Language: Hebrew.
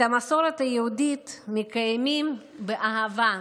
את המסורת היהודית מקיימים באהבה,